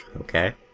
okay